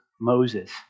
Moses